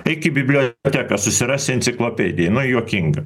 eik į biblioteką susirasi enciklopediją nu juokinga